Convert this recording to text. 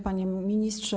Panie Ministrze!